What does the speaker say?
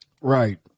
Right